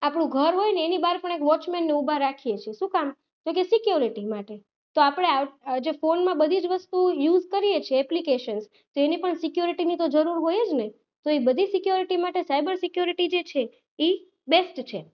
આપણું ઘર હોયને એની બહાર પણ એક વોચમેનને ઊભા રાખીએ છીએ શું કામ તો કે સિક્યોરિટી માટે તો આપણે જે ફોનમાં બધી જ વસ્તુ યુઝ કરીએ છે એપ્લિકેસન્સ તો એની પણ સિક્યોરિટીની તો જરૂર હોય જ ને તો એ બધી સિક્યોરિટી માટે સાઈબર સિક્યોરિટી જે છે એ બેસ્ટ છે